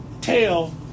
tell